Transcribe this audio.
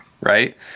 right